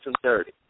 sincerity